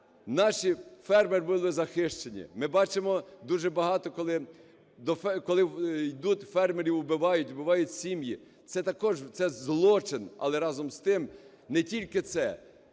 наші фермери були захищені. Ми бачимо дуже багато, коли йдуть, фермерів вбивають, вбивають сім'ї. Це також, це злочин! Але, разом з тим, не тільки це.